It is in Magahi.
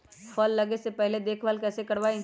फल लगे के समय देखभाल कैसे करवाई?